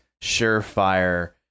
surefire